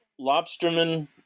lobstermen